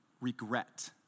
regret